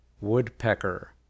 woodpecker